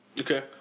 Okay